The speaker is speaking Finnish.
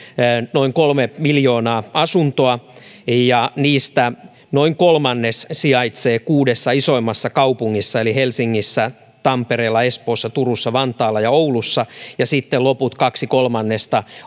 noin kolme miljoonaa asuntoa ja niistä noin kolmannes sijaitsee kuudessa isoimmassa kaupungissa eli helsingissä tampereella espoossa turussa vantaalla ja oulussa ja sitten loput kaksi kolmannesta